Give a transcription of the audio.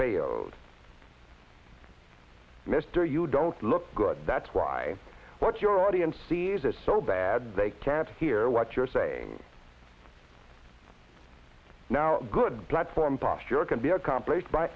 payload mr you don't look good that's why what your audience sees is so bad they can't hear what you're saying now good platform posture can be accomplished by